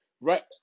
right